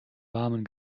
warmen